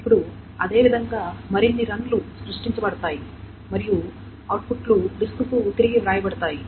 ఇప్పుడు అదేవిధంగా మరిన్ని రన్ లు సృష్టించబడతాయి మరియు అవుట్పుట్లు డిస్క్కు తిరిగి వ్రాయబడతాయి